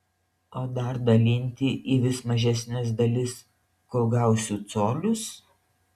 o dar dalinti į vis mažesnes dalis kol gausiu colius